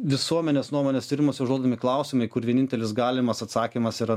visuomenės nuomonės tyrimuose užduodami klausimai kur vienintelis galimas atsakymas yra